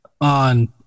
on